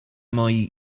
moi